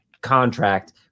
contract